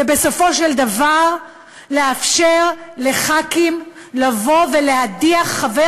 ובסופו של דבר לאפשר לחברי כנסת לבוא ולהדיח חבר